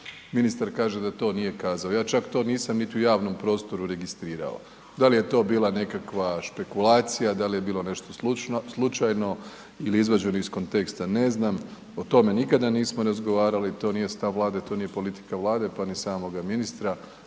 Ministar kaže da to nije kazao, ja čak to nisam niti u javnom prostoru registrirao. Da li je to bila nekakva špekulacija, da li je bilo nešto slučajno ili izvađeno iz konteksta, ne znam, o tome nikada nismo razgovarali, to nije stav Vlade, to nije politika Vlade pa ni samoga ministra.